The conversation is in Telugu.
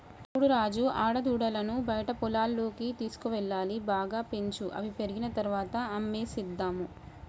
చూడు రాజు ఆడదూడలను బయట పొలాల్లోకి తీసుకువెళ్లాలి బాగా పెంచు అవి పెరిగిన తర్వాత అమ్మేసేద్దాము